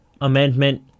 Amendment